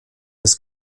des